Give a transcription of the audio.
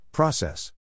Process